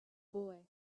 boy